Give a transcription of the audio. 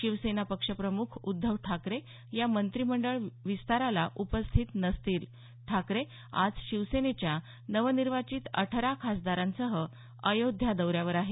शिवसेना पक्षप्रमुख उद्धव ठाकरे या मंत्रिमंडळ विस्ताराला उपस्थित नसतील ठाकरे आज शिवसेनेच्या नवनिर्वाचित अठरा खासदारांसह अयोध्या दौऱ्यावर आहेत